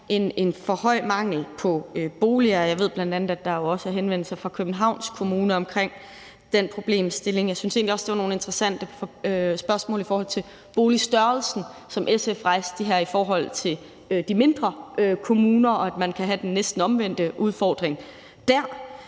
en for stor mangel på boliger. Jeg ved, at der bl.a. er henvendelser fra Københavns Kommune om den problemstilling. Jeg synes egentlig også, det var nogle interessante spørgsmål om boligstørrelsen, som SF rejste, i forhold til at man i de mindre kommuner kan have den næsten omvendte udfordring der